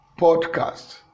Podcast